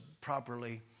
properly